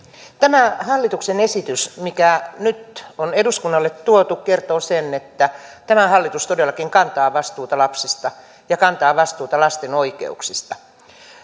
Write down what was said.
tämä hallituksen esitys mikä nyt on eduskunnalle tuotu kertoo sen että tämä hallitus todellakin kantaa vastuuta lapsista ja kantaa vastuuta lasten oikeuksista